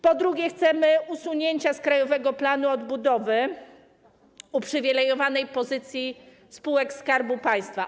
Po drugie, chcemy usunięcia z krajowego planu odbudowy uprzywilejowanej pozycji spółek Skarbu Państwa.